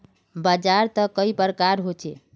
बाजार त कई प्रकार होचे?